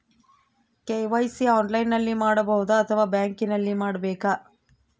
KYC ಆನ್ಲೈನಲ್ಲಿ ಮಾಡಬಹುದಾ ಅಥವಾ ಬ್ಯಾಂಕಿನಲ್ಲಿ ಮಾಡ್ಬೇಕಾ?